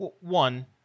one